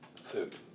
food